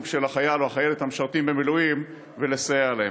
של החייל המשרתים במילואים ולסייע להם.